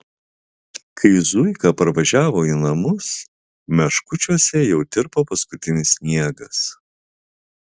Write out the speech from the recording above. kai zuika parvažiavo į namus meškučiuose jau tirpo paskutinis sniegas